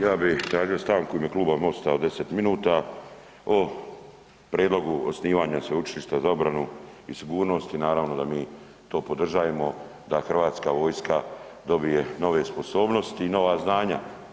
Ja bi tražio stanku u ime Kluba MOST-a od 10 minuta o prijedlogu osnivanja Sveučilišta za obranu i sigurnost i naravno da mi to podržajemo da HV dobije nove sposobnosti i nova znanja.